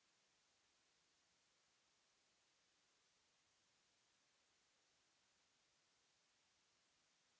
...